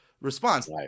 Response